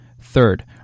Third